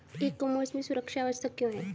ई commerce में सुरक्षा आवश्यक क्यों है?